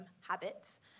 habits